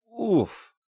oof